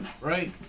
right